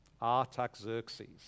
Artaxerxes